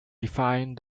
defined